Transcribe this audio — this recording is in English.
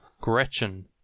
Gretchen